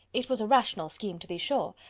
it was a rational scheme, to be sure!